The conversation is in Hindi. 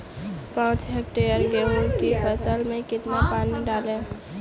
पाँच हेक्टेयर गेहूँ की फसल में कितना पानी डालें?